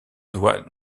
doit